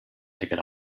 ticket